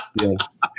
Yes